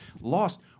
lost